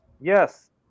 yes